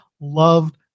loved